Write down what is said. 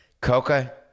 Coca